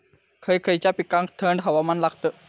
खय खयच्या पिकांका थंड हवामान लागतं?